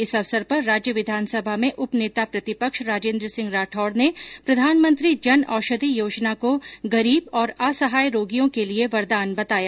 इस अवसर पर राज्य विधानसभा में उपनेता प्रतिपक्ष राजेन्द्र सिंह राठौड़ ने प्रधानमंत्री जन औषधि योजना को गरीब और असहाय रोगियों के लिये वरदान बताया